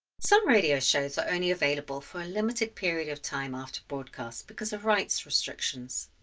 some radio shows are only available for a limited period of time after broadcasts because of rights restrictions.